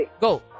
Go